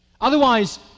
Otherwise